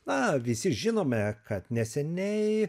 na visi žinome kad neseniai